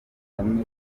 bamwe